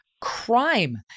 crime